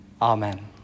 Amen